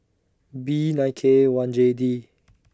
B nine K one J D